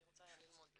אני רוצה ללמוד.